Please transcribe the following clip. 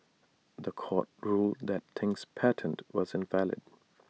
The Court ruled that Ting's patent was invalid